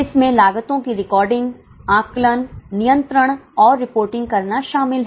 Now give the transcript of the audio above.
इसमें लागतो की रिकॉर्डिंग आकलन नियंत्रण और रिपोर्टिंग करना शामिल है